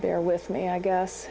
bear with me i guess